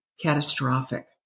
catastrophic